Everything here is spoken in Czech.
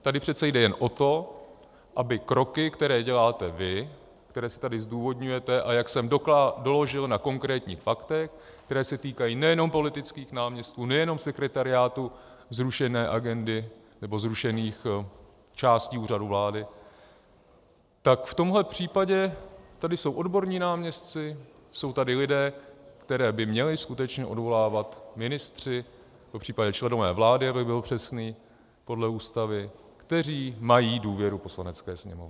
Tady přece jde jen o to, aby kroky, které děláte vy, které si tady zdůvodňujete, a jak jsem doložil na konkrétních faktech, které se týkají nejenom politických náměstků, nejenom sekretariátu zrušené agendy nebo zrušených částí Úřadu vlády, tak v tomhle případě jsou tady odborní náměstci, jsou tady lidé, které by měli skutečně odvolávat ministři, popřípadě členové vlády, abych byl přesný podle Ústavy, kteří mají důvěru Poslanecké sněmovny.